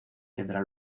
tendrá